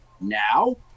now